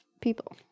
people